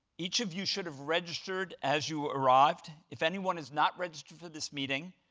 each of you should have registered as you arrived. if anyone is not registered for this meeting,